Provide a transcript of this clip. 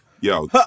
yo